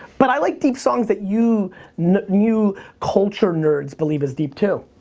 but i like deep songs that you know new culture nerds believe is deep, too.